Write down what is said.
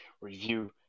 review